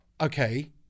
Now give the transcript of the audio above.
okay